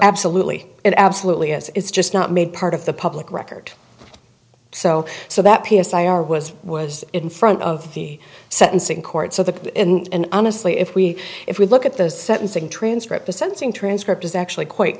absolutely it absolutely has it's just not made part of the public record so so that p s i r was was in front of the sentencing court so the and honestly if we if we look at the sentencing transcript the sensing transcript is actually quite